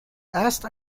erst